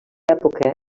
època